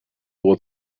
było